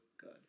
good